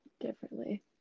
differently